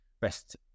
best